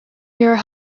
your